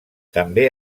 també